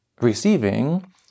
receiving